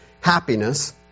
happiness